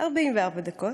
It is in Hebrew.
44 דקות.